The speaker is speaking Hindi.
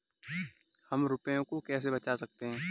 हम रुपये को कैसे बचा सकते हैं?